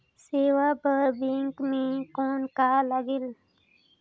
सेवा बर बैंक मे कौन का लगेल?